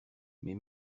mes